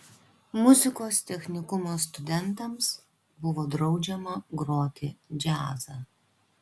muzikos technikumo studentams buvo draudžiama groti džiazą